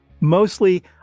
Mostly